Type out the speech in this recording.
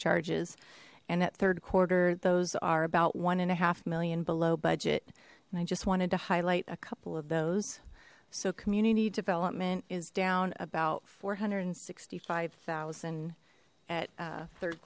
charges and at third quarter those are about one and a half million below budget and i just wanted to highlight a couple of those so community development is down about four hundred and sixty five thousand at third